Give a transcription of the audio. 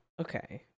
okay